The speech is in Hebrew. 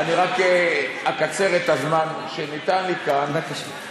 אני רק אקצר את הזמן שניתן לי כאן, בבקשה.